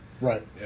Right